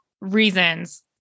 reasons